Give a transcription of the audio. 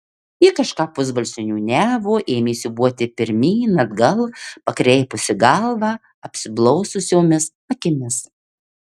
ji kažką pusbalsiu niūniavo ėmė siūbuoti pirmyn atgal pakreipusi galvą apsiblaususiomis akimis